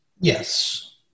Yes